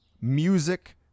music